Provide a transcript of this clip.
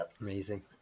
Amazing